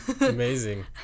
Amazing